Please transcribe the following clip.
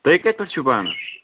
تُہۍ کتہِ پٮ۪ٹھ چھِو پانہٕ